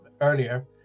earlier